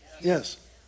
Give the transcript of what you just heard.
Yes